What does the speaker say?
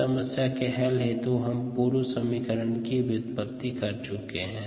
इस समस्या के हल हेतु हम पूर्व में समीकरण की व्युत्पत्ति कर चुकें है